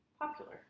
popular